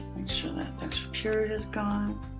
sure that extra period is gone.